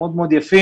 מאוד מאוד יפים,